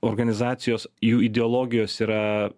organizacijos jų ideologijos yra